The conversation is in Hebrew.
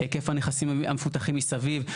היקף הנכסים המפותחים מסביב,